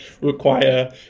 require